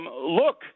look